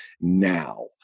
now